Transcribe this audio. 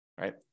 right